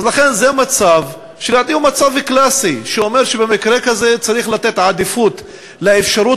זה מצב שלדעתי הוא מצב קלאסי שאומר שבמקרה כזה צריך לתת עדיפות לאפשרות